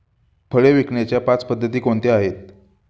फळे विकण्याच्या पाच पद्धती कोणत्या आहेत?